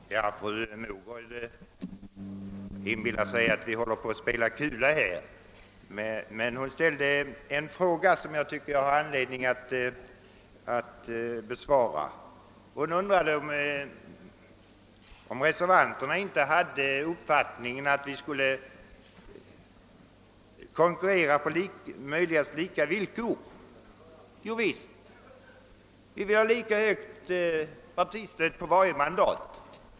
Herr talman! Fru Mogård inbillar sig visst att vi håller på att spela kula här. Fru Mogård ställde en fråga som jag tycker att jag har anledning att besvara, nämligen om inte reservanterna hade den uppfattningen att vi skulle konkurrera på så lika villkor som möjligt. Jovisst. Vi vill ha lika stort partistöd för alla mandat.